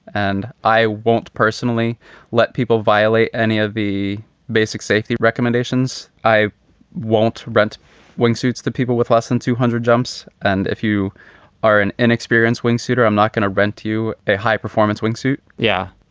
and i won't personally let people violate any of the basic safety recommendations. i won't rent wing suits the people with less than two hundred jumps. and if you are an inexperienced wing, suder, i'm not going to rent to you a high performance wing suit. yeah,